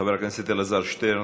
חבר הכנסת אלעזר שטרן,